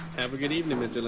have a good evening, mr.